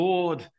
Lord